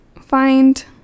find